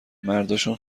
مرداشون